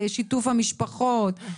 שיתוף המשפחות,